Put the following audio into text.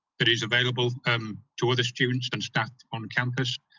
that is available um to other students and staff on campus.